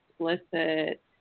explicit